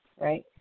right